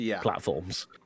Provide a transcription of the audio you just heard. platforms